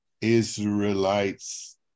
Israelites